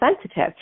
sensitive